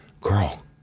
girl